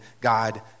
God